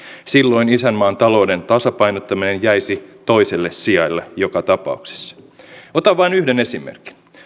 silloin isänmaan talouden tasapainottaminen jäisi toiselle sijalle joka tapauksessa otan vain yhden esimerkin